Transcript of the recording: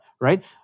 right